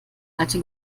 alte